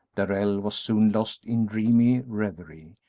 darrell was soon lost in dreamy reverie,